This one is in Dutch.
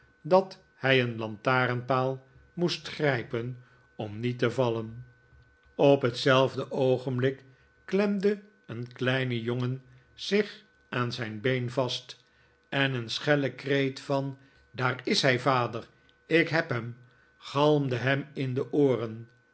dat hij een lantarenpaal moest grijpen om niet te vallen op hetzelfde oogenblik klemde een kleine jongen zich aan zijn been vast en een schelle kreet van daar is hij vader ik heb hem galmde hem in de ooren